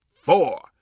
four